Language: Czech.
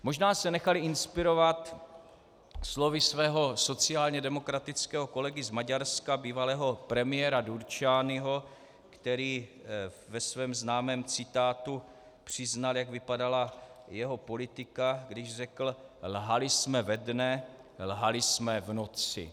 Možná se nechali inspirovat slovy svého sociálně demokratického kolegy z Maďarska, bývalého premiéra Gyurcsányho, který ve svém známém citátu přiznal, jak vypadala jeho politika, když řekl: Lhali jsme ve dne, lhali jsme v noci.